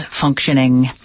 functioning